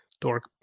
Dork